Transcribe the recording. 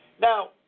Now